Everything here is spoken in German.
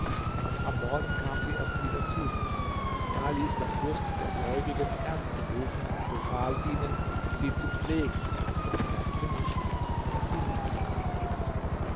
am morgen kam sie erst wieder zu sich da ließ der fürst der gläubigen ärzte rufen und befahl ihnen sie zu pflegen und merkte nicht daß sie liebeskrank ist